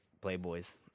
Playboy's